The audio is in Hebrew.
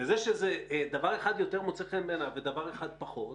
וזה שדבר אחד יותר מוצא חן בעיניי ודבר אחד פחות,